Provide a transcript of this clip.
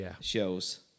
shows